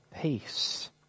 peace